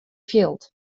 fjild